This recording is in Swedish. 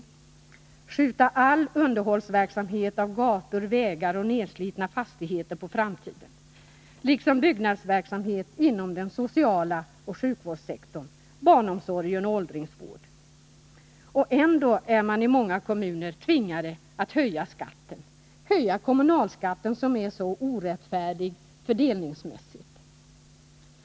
Man tvingas skjuta all underhållsverksamhet av gator, vägar och nedslitna fastigheter på framtiden, liksom nybyggnadsverksamhet inom den sociala sektorn och sjukvårdssektorn, barnomsorg och åldringsvård. Och ändå är man i många kommuner tvingad att höja skatten, att höja kommunalskatten som är så orättfärdig fördelningsmässigt.